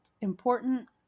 important